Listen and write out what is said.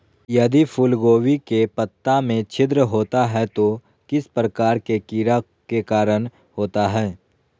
यदि फूलगोभी के पत्ता में छिद्र होता है तो किस प्रकार के कीड़ा के कारण होता है?